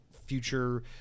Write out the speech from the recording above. future